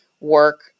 work